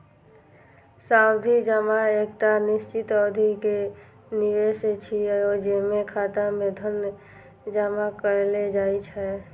सावधि जमा एकटा निश्चित अवधि के निवेश छियै, जेमे खाता मे धन जमा कैल जाइ छै